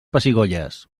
pessigolles